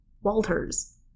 Walters